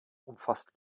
umfasst